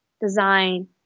design